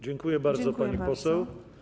Dziękuję bardzo, pani poseł.